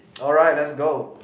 alright let's go